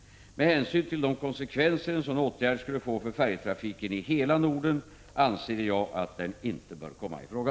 Med hänsyn till de konsekvenser en sådan åtgärd skulle få för färjetrafiken i hela Norden anser jag att den inte bör komma i fråga.